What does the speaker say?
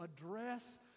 address